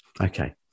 okay